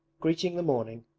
greeting the morning,